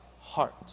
heart